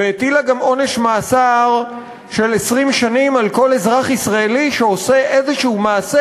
והטילה גם עונש מאסר של 20 שנים על כל אזרח ישראלי שעושה מעשה